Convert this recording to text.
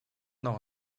nog